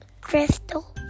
Crystal